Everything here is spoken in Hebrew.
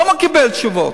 לא מקבל תשובות,